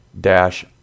dash